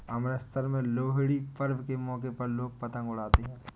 अमृतसर में लोहड़ी पर्व के मौके पर लोग पतंग उड़ाते है